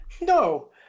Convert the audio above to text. no